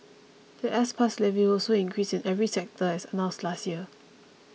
the S Pass levy will also increase in every sector as announced last year